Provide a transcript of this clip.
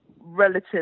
relative